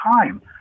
time